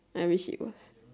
I wish it was